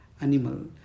animal